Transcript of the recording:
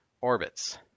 Orbits